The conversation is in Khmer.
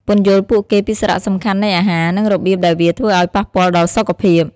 ពន្យល់ពួកគេពីសារៈសំខាន់នៃអាហារ និងរបៀបដែលវាធ្វើអោយប៉ះពាល់ដល់សុខភាព ។